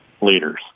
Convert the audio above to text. leaders